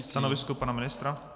Stanovisko pana ministra?